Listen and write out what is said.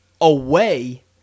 away